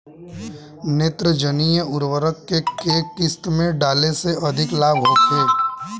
नेत्रजनीय उर्वरक के केय किस्त में डाले से अधिक लाभ होखे?